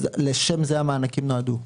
אז לשם זה המענקים נועדו.